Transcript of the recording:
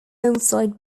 alongside